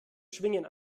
schwingen